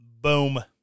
boom